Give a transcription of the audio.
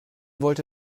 wollte